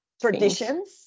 traditions